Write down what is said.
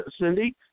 Cindy